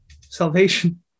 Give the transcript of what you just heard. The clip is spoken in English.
Salvation